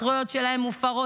הזכויות שלהם מופרות.